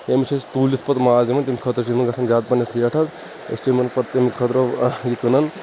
تِم چھِ اسہِ توٗلِتھ پَتہٕ ماز دِوان تِہٕنٛدِ خٲطرٕ چھِ یِمن گژھان زِیادٕ پَہم رِیٹ حظ أسۍ چھِ تِمَن پَتہٕ تِہٕنٛدِ خٲطرٕ آہ یہِ کٕنن